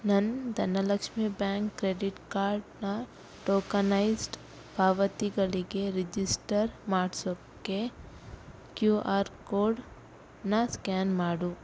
ನನ್ನ Dhanlaxmi bank credit ಕಾರ್ಡ್ನ tokenised ಪಾವತಿಗಳಿಗೆ ರಿಜಿಸ್ಟರ್ ಮಾಡಿಸೋಕ್ಕೆ ಕ್ಯೂ ಆರ್ ಕೋಡ್ನ ಸ್ಕ್ಯಾನ್ ಮಾಡು